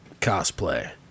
cosplay